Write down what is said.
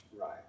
Right